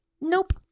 nope